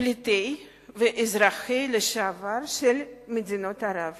פליטי ואזרחי מדינות ערב לשעבר.